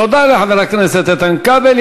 תודה לחבר הכנסת איתן כבל.